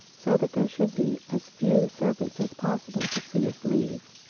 so that there should be as few servants as possible to see us leave.